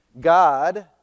God